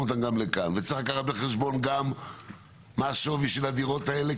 וצריך לקחת בחשבון גם מה השווי של הדירות האלה,